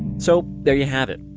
so, there you have it.